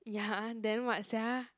ya and then what sia